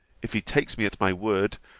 if he takes me at my word,